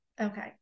okay